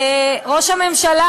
ראש הממשלה,